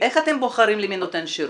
איך אתם בוחרים למי נותנים שירות?